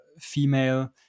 female